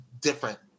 different